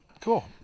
Cool